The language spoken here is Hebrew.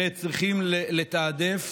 צריכים לתעדף.